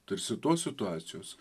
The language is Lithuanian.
tarsi tos situacijos